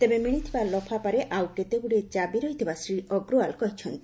ତେବେ ମିଳିଥିବା ଲଫାପାରେ ଆଉ କେତେଗୁଡିଏ ଚାବି ରହିଥିବା ଶ୍ରୀ ଅଗ୍ରଓ୍ୱାଲ କହିଛନ୍ତି